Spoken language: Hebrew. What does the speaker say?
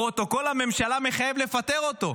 פרוטוקול הממשלה מחייב לפטר אותו.